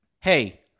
Hey